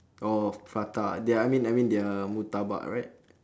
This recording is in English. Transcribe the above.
oh prata their I mean I mean their murtabak right